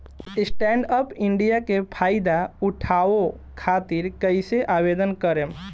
Stand up India के फाइदा उठाओ खातिर कईसे आवेदन करेम?